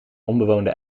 onbewoonde